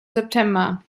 september